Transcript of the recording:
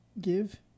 give